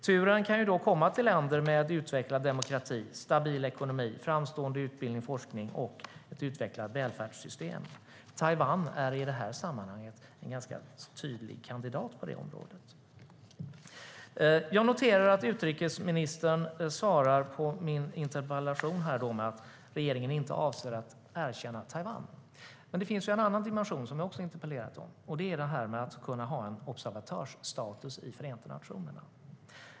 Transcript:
Turen kan då komma till länder med utvecklad demokrati, stabil ekonomi, framstående utbildning och forskning samt ett utvecklat välfärdssystem. Taiwan är i det sammanhanget en ganska tydlig kandidat på området. Jag noterar att utrikesministern svarar på min interpellation med att regeringen inte avser att erkänna Taiwan. Det finns dock en annan dimension, som jag också har interpellerat om, och det gäller möjligheten att ha observatörsstatus i Förenta nationerna.